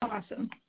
Awesome